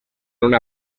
una